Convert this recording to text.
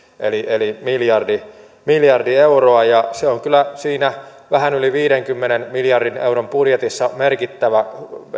eli eli miljardi miljardi euroa ja se on kyllä siinä vähän yli viidenkymmenen miljardin euron budjetissa merkittävä